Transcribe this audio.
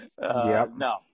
no